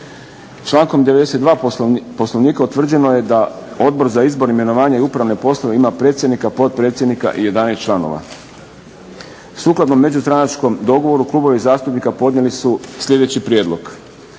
Člankom 92. Poslovnika utvrđeno je da Odbor za izbor, imenovanje i upravne poslove ima predsjednika, potpredsjednika i 11 članova. Sukladno međustranačkom dogovoru klubovi zastupnika podnijeli su sljedeći prijedlog.